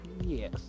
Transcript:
Yes